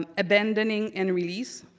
um abandoning and release.